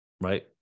right